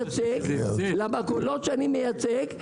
מייצג --- למכולות שאני מייצג,